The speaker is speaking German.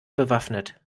bewaffnet